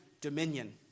dominion